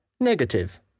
Negative